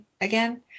again